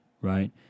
right